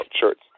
shirts